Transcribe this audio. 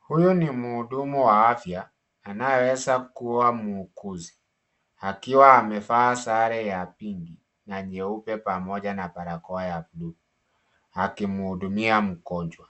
Huyu ni mhudumu wa afya anayeweza kuwa muuguzi, akiwa amevaa sare ya pinki na nyeupe pamoja na barakoa ya bluu, akimhudumia mgonjwa.